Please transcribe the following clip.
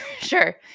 sure